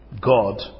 God